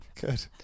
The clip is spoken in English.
Good